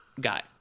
guy